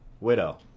Widow